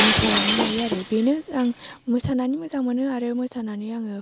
मोसालांनो हायो आरो बेनो आं मोसानानै मोजां मोनो आरो मोसानानै आङो